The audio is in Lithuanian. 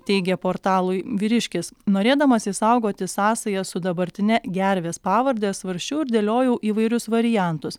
teigė portalui vyriškis norėdamas išsaugoti sąsają su dabartine gervės pavarde svarsčiau ir dėliojau įvairius variantus